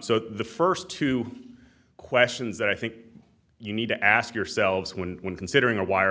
so the first two questions that i think you need to ask yourselves when when considering a wire